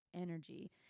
energy